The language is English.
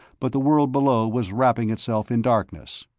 but the world below was wrapping itself in darkness.